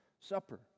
Supper